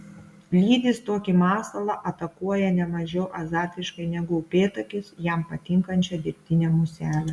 lydys tokį masalą atakuoja ne mažiau azartiškai negu upėtakis jam patinkančią dirbtinę muselę